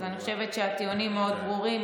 אז אני חושבת שהטיעונים מאוד ברורים.